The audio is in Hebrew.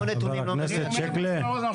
ח"כ שיקלי.